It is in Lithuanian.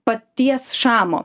paties šamo